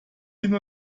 hin